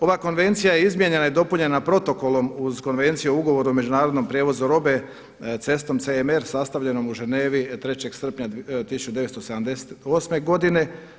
Ova konvencija je izmijenjena i dopunjena protokolom uz Konvenciju o ugovoru o međunarodnom prijevozu robe cestom CMR sastavljenom u Ženevi 3. srpnja 1978. godine.